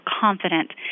confident